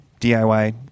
DIY